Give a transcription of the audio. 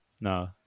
no